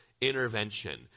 intervention